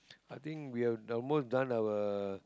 I think we have done almost done our